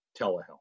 telehealth